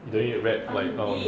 we don't need to rap like now